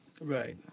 Right